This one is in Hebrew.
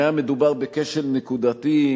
אם היה מדובר בכשל נקודתי,